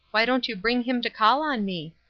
why don't you bring him to call on me?